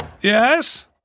Yes